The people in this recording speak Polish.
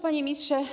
Panie Ministrze!